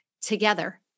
together